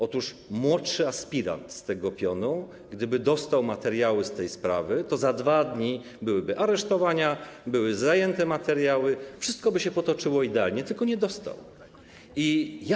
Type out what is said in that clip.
Otóż gdyby młodszy aspirant z tego pionu dostał materiały tej sprawy, to za 2 dni byłyby aresztowania, byłyby zajęte materiały, wszystko by się potoczyło idealnie, tylko że on ich nie dostał.